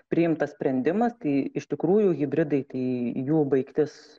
priimtas sprendimas tai iš tikrųjų hibridai tai jų baigtis